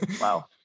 Wow